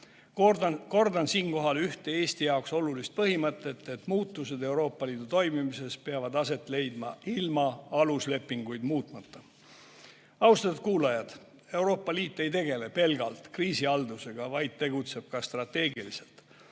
Kordan siinkohal üht Eesti jaoks olulist põhimõtet, et muutused Euroopa Liidu toimimises peavad aset leidma ilma aluslepinguid muutmata. Austatud kuulajad! Euroopa Liit ei tegele pelgalt kriisi haldamisega, vaid tegutseb ka strateegiliselt.